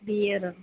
bear